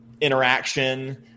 interaction